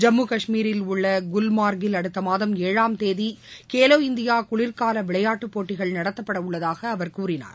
ஜம்மு காஷ்மீரில் உள்ள குல்மார்க்கில் அடுத்த மாதம் ஏழாம் தேதி கேலோ இந்தியா குளிர்கால விளையாட்டுப் போட்டிகள் நடத்தப்பட உள்ளதாக அவர் கூறினார்